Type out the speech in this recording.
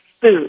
food